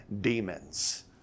demons